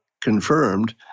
confirmed